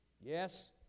Yes